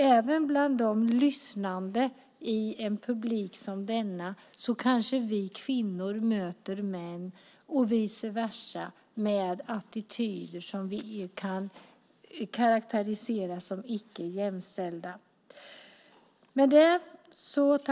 Även bland de lyssnande i en publik som denna kanske vi kvinnor möter män och vice versa med attityder som vi kan karakterisera som icke-jämställda.